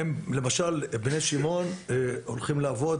למשל בני שמעון הולכים לעבוד